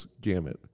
gamut